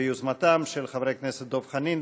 ביוזמתם של חברי הכנסת דב חנין,